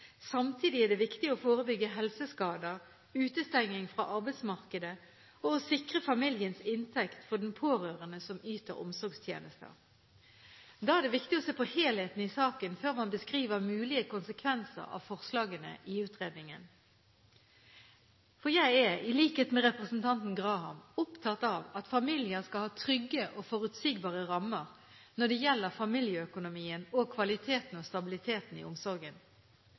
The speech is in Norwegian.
Samtidig er det viktig å forebygge helseskader, utestenging fra arbeidsmarkedet og å sikre familiens inntekt for den pårørende som yter omsorgstjenester. Da er det viktig å se på helheten i saken før man beskriver mulige konsekvenser av forslagene i utredningen. Jeg er i likhet med representanten Graham opptatt av at familier skal ha trygge og forutsigbare rammer når det gjelder familieøkonomien og kvaliteten og stabiliteten i omsorgen.